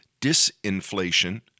disinflation